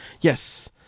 Yes